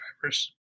drivers